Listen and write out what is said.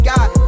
God